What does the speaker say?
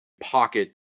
pocket